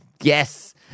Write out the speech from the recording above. yes